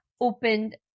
opened